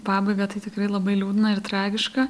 pabaigą tai tikrai labai liūdna ir tragiška